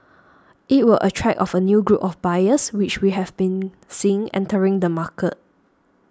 it will attract of a new group of buyers which we have been seeing entering the market